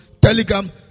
Telegram